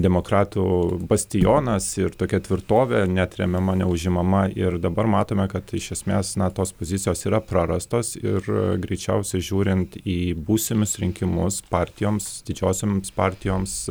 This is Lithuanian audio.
demokratų bastionas ir tokia tvirtovė neatremiama neužimama ir dabar matome kad iš esmės na tos pozicijos yra prarastos ir greičiausiai žiūrint į būsimus rinkimus partijoms didžiosioms partijoms